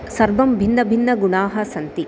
सर्वं भिन्न भिन्न गुणाः सन्ति